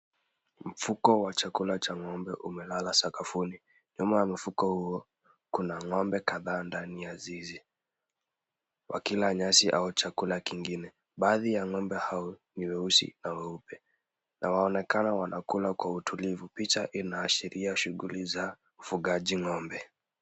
Mfuko wa chakula cha ng'ombe kimalala sakafuni. Nyuma ya mfuko huo kuna ng'ombe kadhaa ndani ya zizi wakila nyasi au chakula kingine. Baadhi ya ng'ombe hao ni weusi na weupe na wanaonekana wanakula kwa utulivu. Picha inaashiria shughuli za ufugaji ng'ombe.